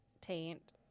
taint